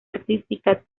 artística